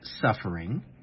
suffering